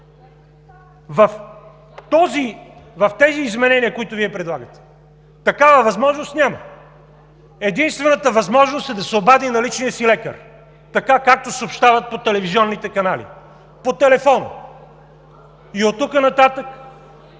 В тези изменения, които Вие предлагате, такава възможност няма. Единствената възможност е да се обади на личния си лекар, така както съобщават по телевизионните канали – по телефон. И оттук нататък?